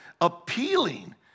appealing